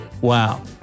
Wow